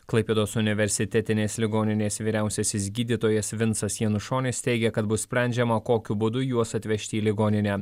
klaipėdos universitetinės ligoninės vyriausiasis gydytojas vincas janušonis teigia kad bus sprendžiama kokiu būdu juos atvežti į ligoninę